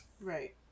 Right